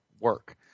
work